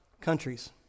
countries